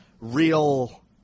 real